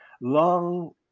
Long